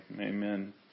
amen